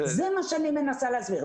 זה מה שאני מנסה להסביר.